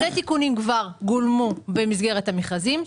שני תיקונים כבר גולמו במסגרת המכרזים.